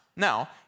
Now